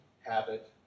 habit